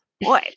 boy